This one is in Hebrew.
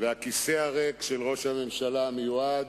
והכיסא הריק של ראש הממשלה המיועד,